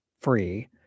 free